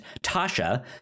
tasha